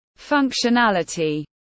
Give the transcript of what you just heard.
functionality